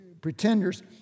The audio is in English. pretenders